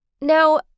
Now